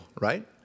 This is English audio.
right